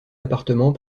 appartement